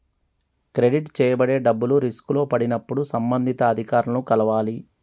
credit చేయబడే డబ్బులు రిస్కులో పడినప్పుడు సంబంధిత అధికారులను కలవాలి